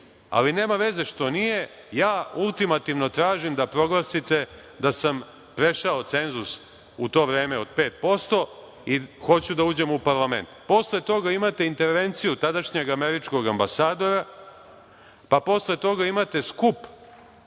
ali, nema veze što nije, ja ultimativno tražim da proglasite da sam prešao cenzus u to vreme od 5% i hoću da uđem u parlament. Posle toga imate intervenciju tadašnjeg američkog ambasadora, pa posle toga imate skup